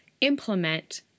implement